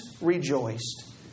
rejoiced